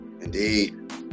Indeed